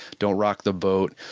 don't rock the boat.